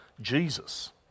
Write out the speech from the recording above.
Jesus